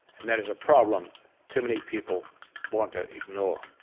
and that is a problem too many people want to ignore.